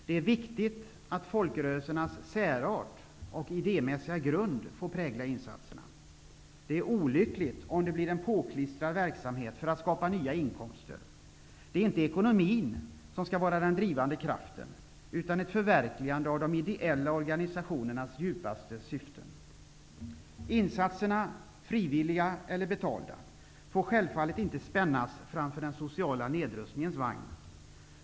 Det är viktigt att folkrörelsernas särart och idémässiga grund får prägla insatserna. Det är olyckligt om det blir en påklistrad verksamhet för att skapa nya inkomster. Det är inte ekonomin som skall vara den drivande kraften, utan ett förverkligande av de ideella organisationernas djupaste syften. Insatserna, frivilliga eller betalda, får självfallet inte spännas framför den sociala nedrustningens vagn.